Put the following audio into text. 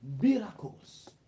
miracles